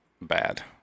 bad